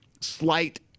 slight